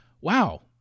wow